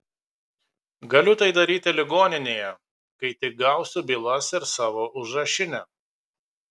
galiu tai daryti ligoninėje kai tik gausiu bylas ir savo užrašinę